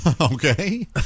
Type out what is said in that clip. okay